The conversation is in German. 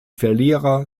verlierer